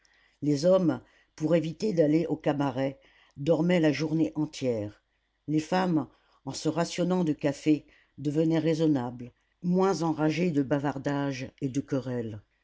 les hommes pour éviter d'aller au cabaret dormaient la journée entière les femmes en se rationnant de café devenaient raisonnables moins enragées de bavardages et de